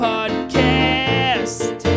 Podcast